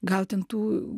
gal ten tų